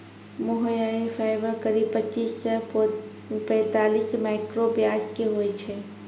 मोहायिर fibre करीब पच्चीस सॅ पैतालिस माइक्रोन व्यास के होय छै